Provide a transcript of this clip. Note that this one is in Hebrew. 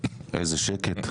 איזה שקט.